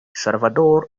salvador